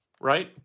right